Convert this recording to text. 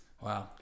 Wow